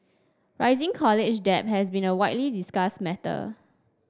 rising college debt has been a widely discussed matter